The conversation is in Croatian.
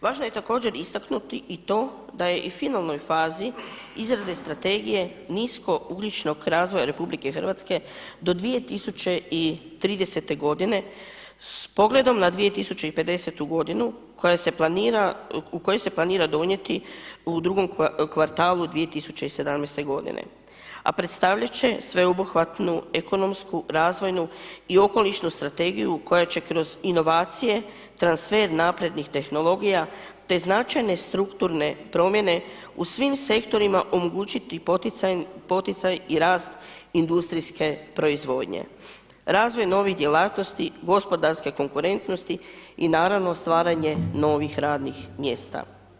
Važno je također istaknuti i to da je i u finalnoj fazi izrade strategije nisko ugljičnog razvoja RH do 2030. godine s pogledom na 2050. godinu u kojoj se planira donijeti u drugom kvartalu 2017. godine a predstavljate će sveobuhvatnu ekonomsku, razvojnu i okolišnu strategiju koja će kroz inovacije, transfer naprednih tehnologija te značajne, strukturne promjene u svim sektorima omogućiti poticaj i rast industrijske proizvodnje, razvoj novih djelatnosti, gospodarske konkurentnosti i naravno stvaranje novih radnih mjesta.